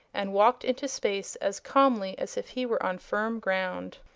and walked into space as calmly as if he were on firm ground.